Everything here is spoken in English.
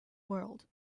world